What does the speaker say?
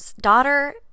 daughter